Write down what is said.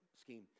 scheme